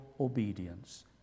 obedience